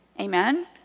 Amen